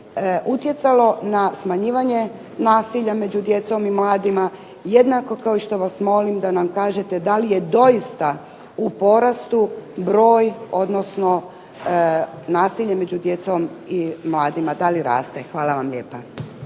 utjecalo na smanjivanje nasilja među djecom i mladima jednako kao što vas molim da nam kažete da li je doista u porastu broj, odnosno nasilje među djecom i mladima da li raste. Hvala.